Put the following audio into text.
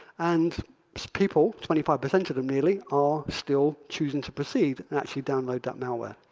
and people twenty five percent of them nearly are still choosing to proceed and actually download malware.